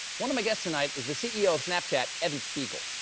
one of my guests tonight is the c e o. of snapchat, evan spiegel.